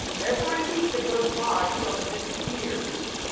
every week that goes by stuff disappears.